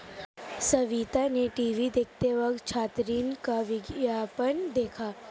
सविता ने टीवी देखते वक्त छात्र ऋण का विज्ञापन देखा